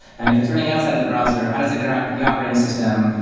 and if it's running outside of the browser, how does it interact with the operating system,